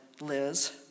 Liz